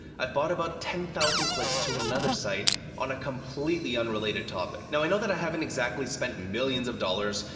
i've bought about ten thousand clicks to another site on a completely unrelated topic. now, i know that i haven't exactly spent millions of dollars,